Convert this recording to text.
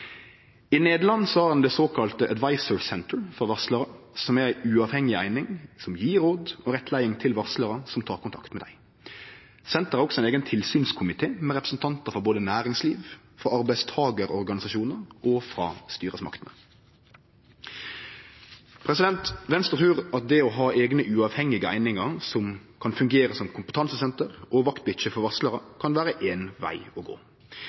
Nederland har ein «The Advice Centre» for varslarar, som er ei uavhengig eining som gjev råd og rettleiing til varslarar som tek kontakt med dei. Senteret har òg ein eigen tilsynskomité med representantar frå både næringsliv, arbeidstakarorganisasjonar og styresmakter. Venstre trur at det å ha eigne, uavhengige einingar som kan fungere som kompetansesenter og vaktbikkje for varslarar, kan vere ein veg å gå.